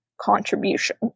contribution